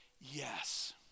yes